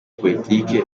politiki